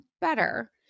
better